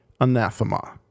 anathema